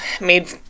made